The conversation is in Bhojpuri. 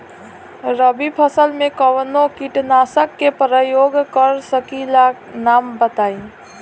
रबी फसल में कवनो कीटनाशक के परयोग कर सकी ला नाम बताईं?